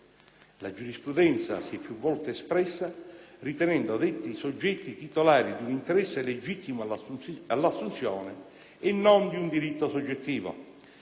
La giurisprudenza si è più volte espressa ritenendo detti soggetti titolari di un interesse legittimo all'assunzione e non di un diritto soggettivo.